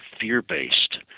fear-based